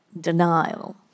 denial